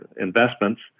investments